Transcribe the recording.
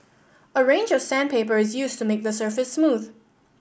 a range of sandpaper is used to make the surface smooth